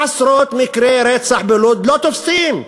עשרות מקרי רצח בלוד, לא תופסים.